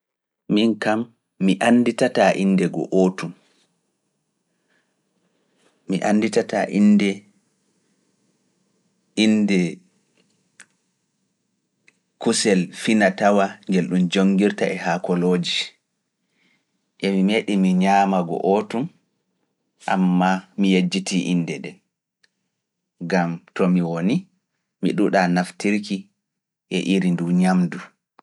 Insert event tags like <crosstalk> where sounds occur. Min kam, mi annditataa innde ngoo ootum, mi annditataa innde kusel finatawa ngel ɗum joongirta e haakolooji, <hesitation> yami meeɗi mi ñaama ngoo ootum, ammaa mi yejjitii innde ɗen, ngam to mi woni, mi ɗuuɗaa naftirki e iri nduu ñaamdu.